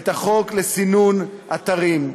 את החוק לסינון אתרים.